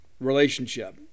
relationship